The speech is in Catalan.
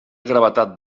gravetat